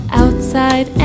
outside